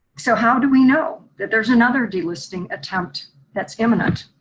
so how do we know that there's another delisting attempt that's imminent?